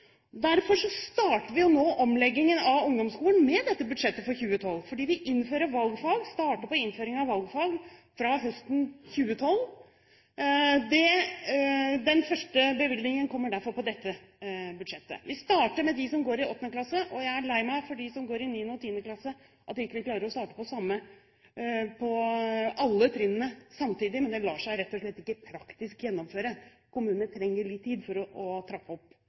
starter vi nå omleggingen av ungdomsskolen med dette budsjettet for 2012 fordi vi begynner med innføringen av valgfag fra høsten 2012. Den første bevilgningen kommer derfor på dette budsjettet. Vi starter med de som går i 8. klasse, og jeg er lei meg med hensyn til de som går i 9. og 10. klasse for at vi ikke klarer å starte på alle trinnene samtidig, men det lar seg rett og slett ikke praktisk gjennomføre. Kommunene trenger litt tid for å trappe opp